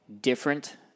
different